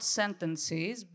sentences